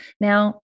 Now